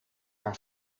haar